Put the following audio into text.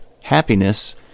happiness